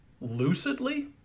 lucidly